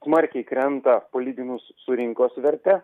smarkiai krenta palyginus su rinkos verte